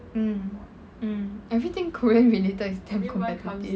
mm mm everything korean related is damn competitive